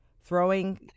throwing